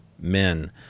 men